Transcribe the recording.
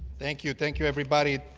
thank you. thank you everybody.